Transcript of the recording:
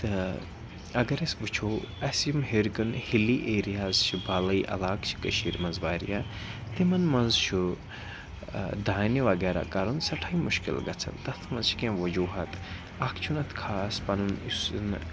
تہٕ اگر أسۍ وٕچھُو اَسہِ یِم ہیٚرِکَن ہِلی ایریاز چھِ بالٲیی علاقہٕ چھِ کٔشیٖر منٛز واریاہ تِمَن منٛز چھُ دانہِ وغیرہ کَرُن سٮ۪ٹھٕے مُشکِل گژھان تَتھ منٛز چھِ کیٚنٛہہ وجوٗہات اَکھ چھُنہٕ اَتھ خاص پَنُن یُس نہٕ